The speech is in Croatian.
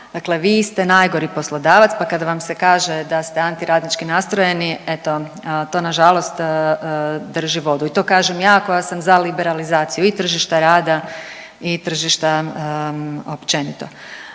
dakle vi ste najgori poslodavac, pa kad vam se kaže da ste anti radnički nastrojeni eto to nažalost drži vodu i to kažem ja koja sam za liberalizaciju i tržišta rada i tržišta općenito.